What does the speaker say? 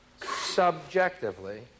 subjectively